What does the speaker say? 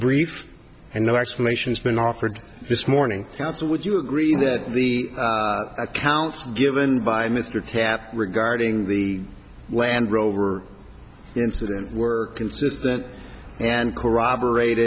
brief and no explanation has been offered this morning counsel would you agree that the accounts given by mr tatham regarding the land rover incident were consistent and corroborate